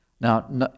Now